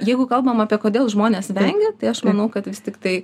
jeigu kalbam apie kodėl žmonės vengia tai aš manau kad vis tiktai